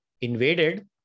invaded